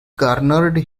garnered